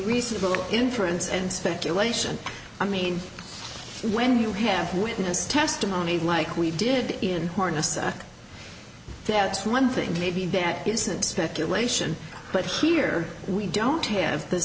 reasonable inference and speculation i mean when you have witness testimony like we did in harness i that's one thing maybe that isn't speculation but here we don't have the